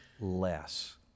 less